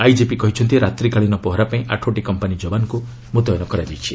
IGP କହିଛନ୍ତି ରାତ୍ରିକାଳୀନ ପହରା ପାଇଁ ଆଠଟି କମ୍ପାନୀ ଯବାନଙ୍କୁ ମୁତୟନ କରାଯାଇଛି